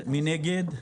מי נגד?